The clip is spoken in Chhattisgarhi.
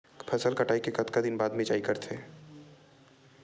फसल कटाई के कतका दिन बाद मिजाई करथे?